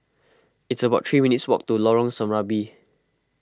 it's about three minutes' walk to Lorong Serambi